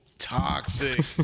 toxic